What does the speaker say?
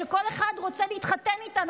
שכל אחד רוצה להתחתן איתן,